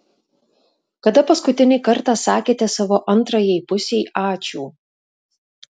kada paskutinį kartą sakėte savo antrajai pusei ačiū